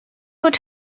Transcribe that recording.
would